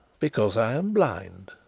because i am blind,